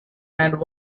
and